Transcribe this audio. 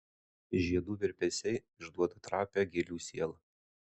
žiedų virpesiai išduoda trapią gėlių sielą